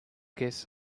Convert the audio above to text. guess